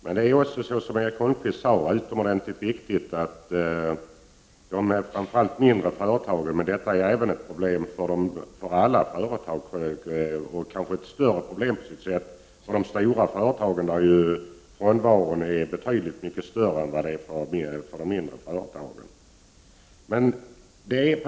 Att det sker en översyn är, som Erik Holmkvist sade, utomordentligt viktigt för de mindre företagen, men frånvaron är ett problem för alla företag, på sitt sätt kanske ett större problem för de stora företagen, där ju frånvaron är betydligt större än hos de mindre företagen.